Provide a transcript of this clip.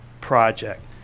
project